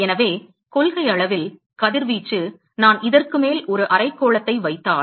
எனவே கொள்கையளவில் கதிர்வீச்சு நான் இதற்கு மேல் ஒரு அரைக்கோளத்தை வைத்தால்